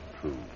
true